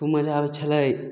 खूब मजा आबय छलै